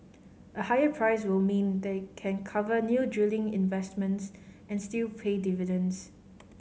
a higher price will mean they can cover new drilling investments and still pay dividends